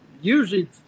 usually